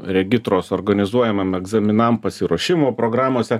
regitros organizuojamam egzaminam pasiruošimo programose